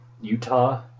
Utah